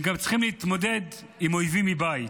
הם גם צריכים להתמודד עם אויבים מבית.